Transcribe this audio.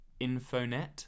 Infonet